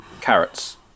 carrots